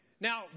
now